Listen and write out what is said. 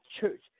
church